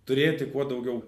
turėti kuo daugiau